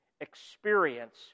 experience